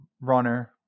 runner